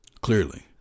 clearly